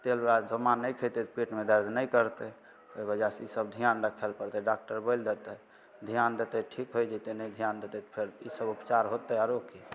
तेल बला समान नहि खयतै तऽ पेटमे दर्द नहि करतै ओहि वजह से ईसब ध्यान रखल करतै डाक्टर बोलि देतै ध्यान देतै ठीक होइ जेतै नहि ध्यान देतै फेर ईसब ऊपचार होयतै आरो की